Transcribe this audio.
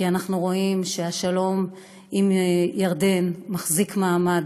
כי אנחנו רואים שהשלום עם ירדן מחזיק מעמד,